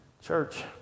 Church